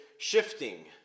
Shifting